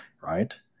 right